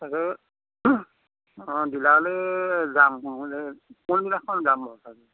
তাকে অ ডিলাৰলৈ যাম বুলি কোনদিনাখন যাম বাৰু তাকে